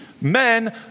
men